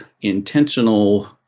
intentional